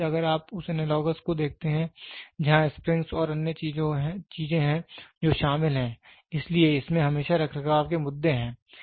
तो आज अगर आप उस एनालॉगस को देखते हैं जहां स्प्रिंग्स और अन्य चीजें हैं जो शामिल हैं इसलिए इसमें हमेशा रखरखाव के मुद्दे हैं